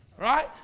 right